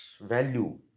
value